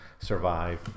survive